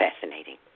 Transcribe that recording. fascinating